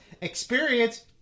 Experience